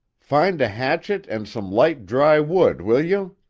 find a hatchet and some light, dry wood, will you?